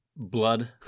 Blood